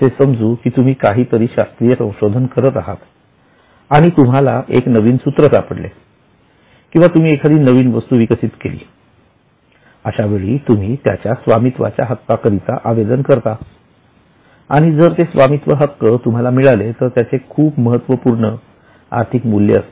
असे समजू की तुम्ही काहीतरी शास्त्रीय संशोधन करत आहात आणि तुम्हाला एक नवीन सूत्र सापडले किंवा तुम्ही एखादी नवीन वस्तू विकसित केली अशावेळी तुम्ही त्याच्या स्वामित्वच्या हक्काकरिता आवेदन करता आणि जर ते स्वामित्व हक्क तुम्हाला मिळाले तर त्याचे खूप महत्वपूर्ण आर्थिक मूल्य असते